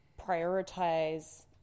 prioritize